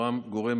לכן,